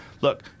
look